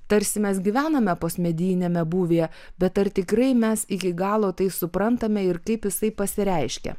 tarsi mes gyvename postmedijiniame būvyje bet ar tikrai mes iki galo tai suprantame ir kaip jisai pasireiškia